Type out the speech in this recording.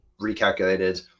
recalculated